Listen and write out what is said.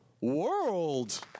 World